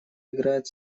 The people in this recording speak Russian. играет